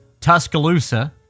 Tuscaloosa